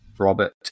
robert